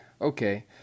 okay